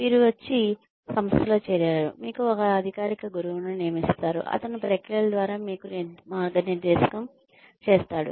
మీరు వచ్చి సంస్థలో చేరారు మీకు ఒక అధికారిక గురువును నియమిస్తారు అతను ప్రక్రియల ద్వారా మీకు మార్గనిర్దేశం చేస్తాడు